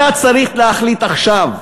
אתה צריך להחליט עכשיו: